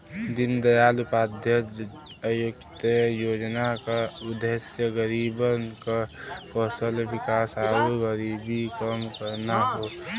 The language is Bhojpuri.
दीनदयाल उपाध्याय अंत्योदय योजना क उद्देश्य गरीबन क कौशल विकास आउर गरीबी कम करना हौ